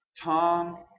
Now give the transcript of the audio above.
Tom